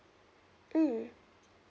mm